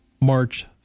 March